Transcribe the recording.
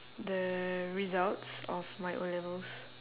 the results of my O-levels